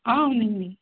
అవునండి